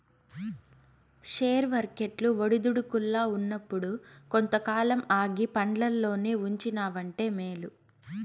share వర్కెట్లు ఒడిదుడుకుల్ల ఉన్నప్పుడు కొంతకాలం ఆగి పండ్లల్లోనే ఉంచినావంటే మేలు